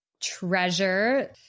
Treasure